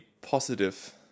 positive